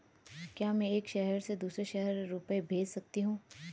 क्या मैं एक शहर से दूसरे शहर रुपये भेज सकती हूँ?